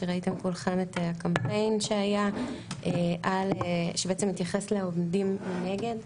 שראיתן כולכן את הקמפיין שבעצם התייחס לעומדים מנגד,